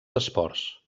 esports